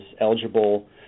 eligible